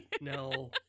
no